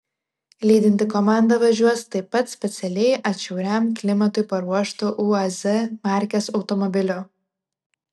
lydinti komanda važiuos taip pat specialiai atšiauriam klimatui paruoštu uaz markės automobiliu